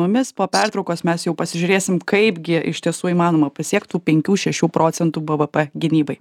mumis po pertraukos mes jau pasižiūrėsim kaipgi iš tiesų įmanoma pasiekt tų penkių šešių procentų bvp gynybai